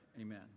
amen